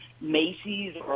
Macy's